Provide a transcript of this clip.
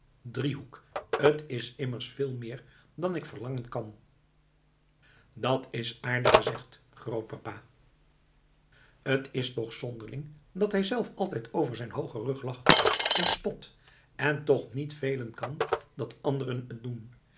driehoek t is immers veel meer dan ik verlangen kan dat is aardig gezegd grootpapa t is toch zonderling dat hij zelf altijd over zijn hoogen rug lacht en spot en toch niet velen kan dat anderen t doen